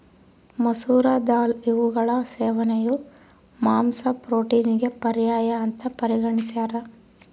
ಮಸೂರ ದಾಲ್ ಇವುಗಳ ಸೇವನೆಯು ಮಾಂಸ ಪ್ರೋಟೀನಿಗೆ ಪರ್ಯಾಯ ಅಂತ ಪರಿಗಣಿಸ್ಯಾರ